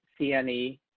CNE